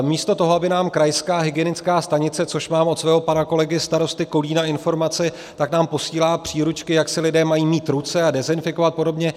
Místo toho, aby nám krajská hygienická stanice, což mám od svého pana kolegy starosty Kolína informaci, tak nám posílá příručky, jak si lidé mají mýt ruce, dezinfikovat a podobně.